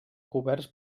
coberts